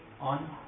on